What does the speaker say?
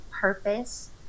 purpose